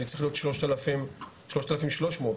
כשצריכים להיות שלושת אלפים שלוש מאות,